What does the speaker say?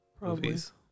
movies